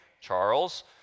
Charles